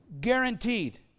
guaranteed